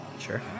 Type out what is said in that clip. Sure